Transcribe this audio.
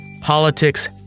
politics